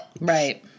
Right